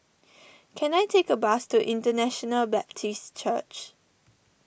can I take a bus to International Baptist Church